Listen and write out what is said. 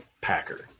Packer